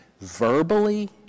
verbally